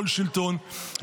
כל שלטון,